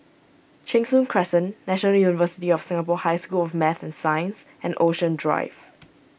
Cheng Soon Crescent National University of Singapore High School of Math and Science and Ocean Drive